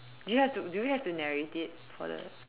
do you have to do we have to narrate it for the